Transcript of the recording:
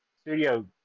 Studio